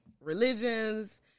religions